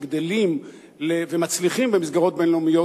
שגדלים ומצליחים במסגרות בין-לאומיות,